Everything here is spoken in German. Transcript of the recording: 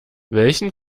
welchen